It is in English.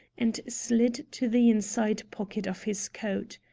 and slid to the inside pocket of his coat.